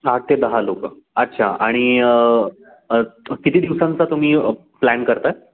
आठ ते दहा लोक अच्छा आणि किती दिवसांचा तुम्ही प्लॅन करताय